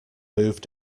moved